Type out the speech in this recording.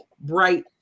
bright